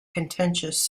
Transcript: contentious